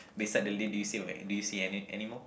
beside the lady you see do you see any animal